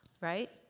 right